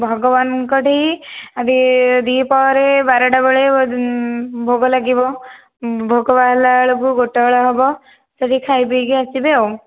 ଭଗବାନଙ୍କ ଠି ଦ୍ୱିପହରେ ବାରଟା ବେଳେ ଭୋଗ ଲାଗିବ ଭୋଗ ବାହାରିଲା ବେଳକୁ ଗୋଟେ ବେଳ ହେବ ସେଇଠି ଖାଇ ପିଇକି ଆସିବେ ଆଉ